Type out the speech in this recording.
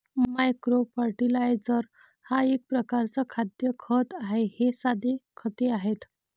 micro fertiliser हा एक प्रकारचा खाद्य खत आहे हे साधे खते आहेत